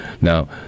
Now